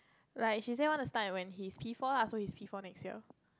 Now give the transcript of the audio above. like she says want to start and when he is P four I told P four next year